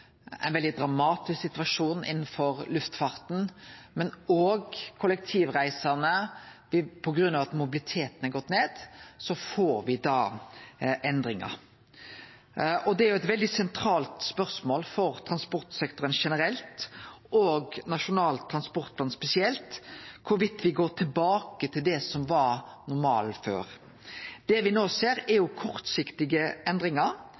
ein veldig dramatisk situasjon innanfor luftfarten, men òg for kollektivreisande. På grunn av at mobiliteten er gått ned, får me endringar. Det er eit veldig sentralt spørsmål for transportsektoren generelt, og for Nasjonal transportplan spesielt, om me går tilbake til det som var normalen før. Det me no ser, er kortsiktige endringar,